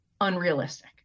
unrealistic